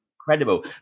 incredible